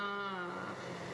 ah